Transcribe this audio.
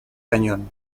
cañón